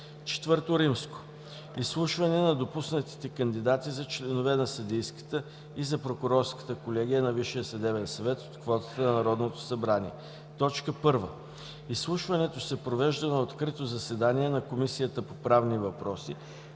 събрание. IV. Изслушване на допуснатите кандидати за членове за съдийската и за прокурорската колегия на Висшия съдебен съвет от квотата на Народното събрание. 1. Изслушването се провежда на открито заседание на Комисията по правни въпроси,